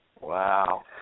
Wow